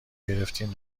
گرفتیم